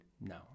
No